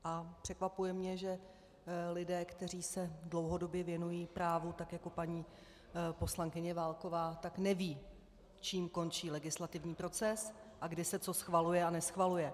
A překvapuje mě, že lidé, kteří se dlouhodobě věnují právu tak jako paní poslankyně Válková, tak nevědí, čím končí legislativní proces a kdy se co schvaluje a neschvaluje.